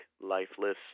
lifeless